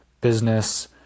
business